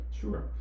Sure